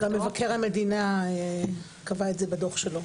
גם מבקר המדינה קבע את זה בדוח שלו.